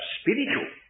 spiritual